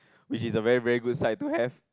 which is a very very good site to have